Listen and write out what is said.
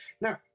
Now